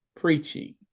preaching